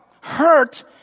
Hurt